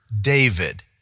David